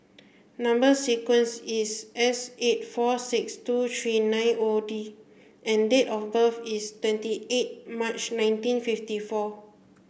number sequence is S eight four six two three nine O D and date of birth is twenty eight March nineteen fifty four